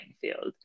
field